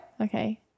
Okay